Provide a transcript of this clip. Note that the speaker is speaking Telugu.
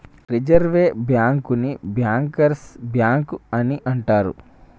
రిజర్వ్ బ్యాంకుని బ్యాంకర్స్ బ్యాంక్ అని అంటరు